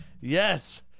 Yes